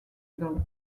label